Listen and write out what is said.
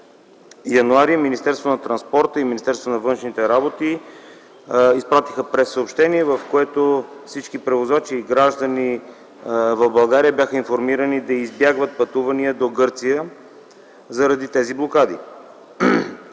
външните работи изпратиха прессъобщение, в което всички превозвачи и граждани в България бяха информирани да избягват пътувания до Гърция заради тези блокади.